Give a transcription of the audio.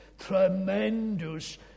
tremendous